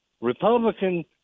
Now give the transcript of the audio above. Republican